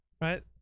right